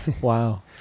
Wow